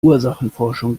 ursachenforschung